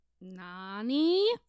Nani